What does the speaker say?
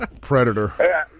predator